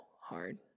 hard